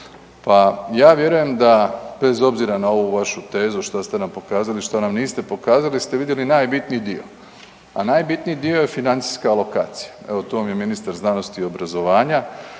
pa ja vjerujem da bez obzira na ovu vašu tezu što ste nam pokazali, a što nam niste pokazali, ste vidjeli najbitniji dio, a najbitniji dio je financijska alokacija. Evo tu vam je ministar znanosti i obrazovanja.